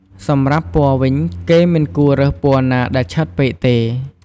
សម្រាប់់ពណ៌វិញ គេមិនគួររើសពណ៌ណាដែលឆើតពេកទេ។